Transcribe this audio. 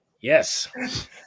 yes